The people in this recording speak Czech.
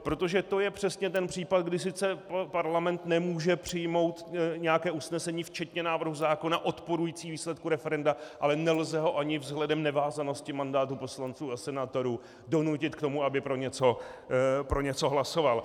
Protože to je přesně ten případ, kdy sice Parlament nemůže přijmout nějaké usnesení včetně návrhu zákona odporující výsledku referenda, ale nelze ho ani vzhledem k nevázanosti mandátu poslanců a senátorů donutit k tomu, aby pro něco hlasoval.